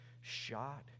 shot